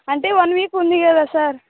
అంటే one week ఉంది కదా సార్